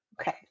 Okay